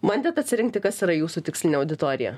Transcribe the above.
bandėt atsirinkti kas yra jūsų tikslinė auditorija